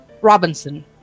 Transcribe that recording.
Robinson